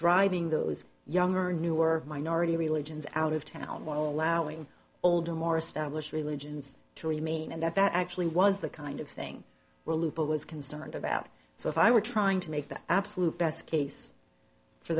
driving those younger newer minority religions out of town while allowing older more established religions to remain and that that actually was the kind of thing we're lupul was concerned about so if i were trying to make that absolute best case for